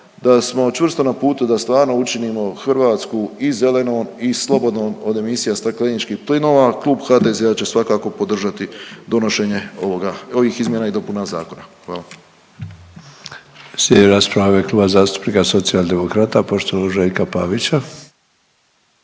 da smo čvrsto na putu da stvarno učinimo Hrvatsku i zelenon i slobodnon od emisija stakleničkih plinova, Klub HDZ-a će svakako podržati donošenja ovoga, ovih izmjena i dopuna zakona. Hvala.